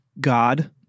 god